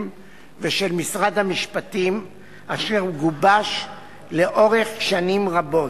ושל משרד המשפטים אשר גובש לאורך שנים רבות.